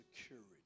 security